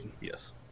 yes